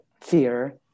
fear